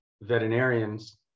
veterinarians